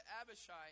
Abishai